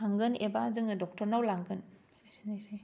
थांगोन एबा जोङो डाक्टारनाव लांगोन एसेनोसै